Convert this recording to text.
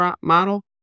model